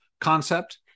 concept